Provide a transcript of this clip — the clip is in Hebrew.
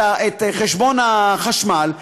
את חשבון החשמל.